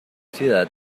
ciudad